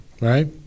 Right